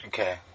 Okay